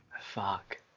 Fuck